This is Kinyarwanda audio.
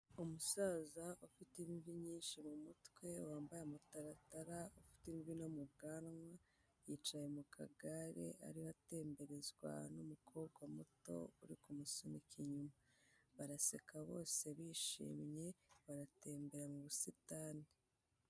Umusaza ufite imvi nyinshi mu mutwe wambaye amataratara, afite imvi no mu bwanwa yicaye mu kagare ariho atemberezwa n'umukobwa muto uri kumusunika inyuma, baraseka bose bishimye baratembera mu busitani.